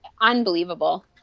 Unbelievable